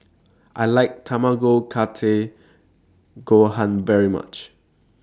I like Tamago Kake Gohan very much